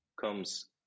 comes